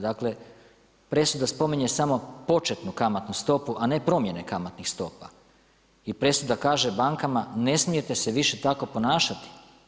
Dakle, presuda spominje samo početnu kamatnu stopu, a ne promjene kamatnih stopa i presuda kaže bankama ne smijete se više tako ponašati.